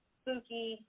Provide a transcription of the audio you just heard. spooky